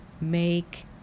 make